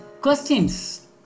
Questions